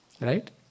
Right